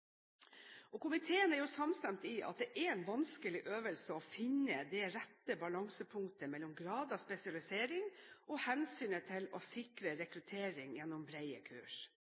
Komiteen er samstemt i at det er en vanskelig øvelse å finne det rette balansepunktet mellom grad av spesialisering, og hensynet til å sikre rekruttering gjennom brede kurs.